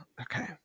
Okay